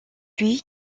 lui